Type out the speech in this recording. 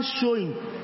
showing